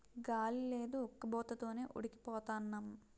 గాలి లేదు ఉక్కబోత తోనే ఉడికి పోతన్నాం